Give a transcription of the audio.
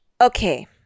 Okay